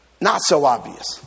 not-so-obvious